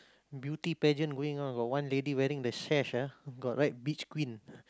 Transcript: beauty pageant going on got one lady wearing the sash ah got write beach queen